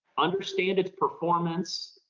understand its performance,